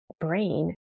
brain